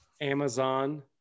Amazon